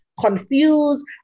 confused